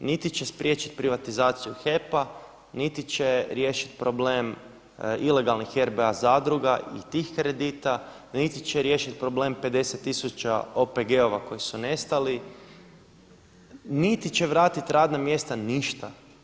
niti će spriječiti privatizaciju HEP-a, niti će riješiti problem ilegalnih RBA zadruga i tih kredita, niti će riješiti problem 50 tisuća OPG-ova koji su nestali, niti će vratiti radna mjesta, ništa.